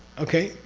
okay,